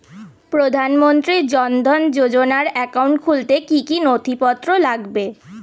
প্রধানমন্ত্রী জন ধন যোজনার একাউন্ট খুলতে কি কি নথিপত্র লাগবে?